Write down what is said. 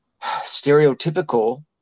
stereotypical